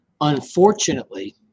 Unfortunately